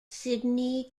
sydney